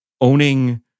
owning